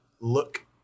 look